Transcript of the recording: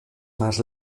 más